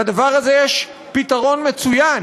לדבר הזה יש פתרון מצוין.